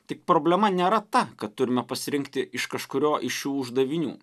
tik problema nėra ta kad turime pasirinkti iš kažkurio iš šių uždavinių